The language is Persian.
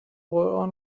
قرآن